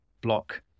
block